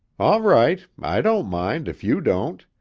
all right i don't mind, if you don't.